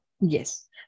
Yes